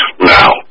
now